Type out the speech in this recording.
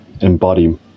embody